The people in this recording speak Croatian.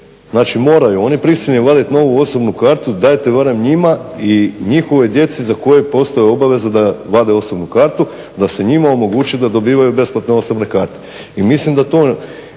Znači moraju, on je prisiljen vaditi novu osobnu kartu, dajte barem njima i njihovoj djeci za koje postoji obaveza da vade osobnu kartu da se njima omogući da dobivaju besplatne osobne karte. I mislim da to